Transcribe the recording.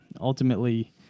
Ultimately